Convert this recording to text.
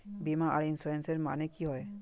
बीमा आर इंश्योरेंस के माने की होय?